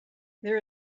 there